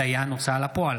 (דיין הוצאה לפועל),